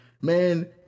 Man